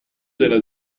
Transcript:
della